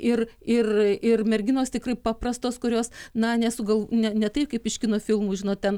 ir ir ir merginos tikrai paprastos kurios na ne su gal ne ne taip kaip iš kino filmų žinot ten